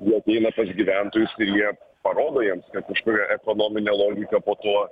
ji ateina pas gyventojus ir jie parodo jiems kad kažkur ekonominė logika po tuo